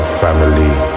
family